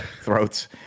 Throats